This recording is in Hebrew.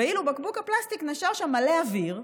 ואילו בבקבוק הפלסטיק נשאר מלא אוויר,